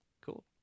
Cool